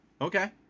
okay